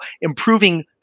improving